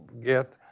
get